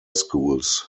schools